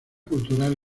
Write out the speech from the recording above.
cultural